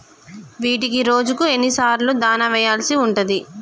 వీటికి రోజుకు ఎన్ని సార్లు దాణా వెయ్యాల్సి ఉంటది?